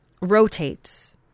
rotates